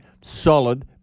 solid